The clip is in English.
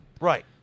Right